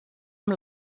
amb